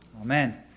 Amen